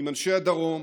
עם אנשי הדרום,